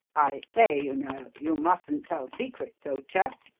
i say, you know, you mustn't tell secrets, old chap!